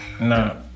no